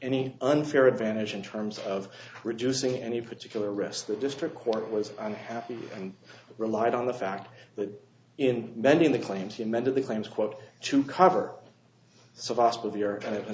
any unfair advantage in terms of reducing any particular risk the district court was unhappy and relied on the fact that in many of the claims he amended the claims quote to cover